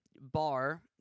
bar